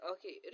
Okay